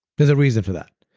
there's a reason for that